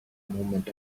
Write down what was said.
moment